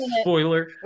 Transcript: Spoiler